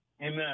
Amen